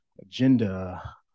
agenda